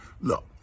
Look